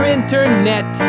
Internet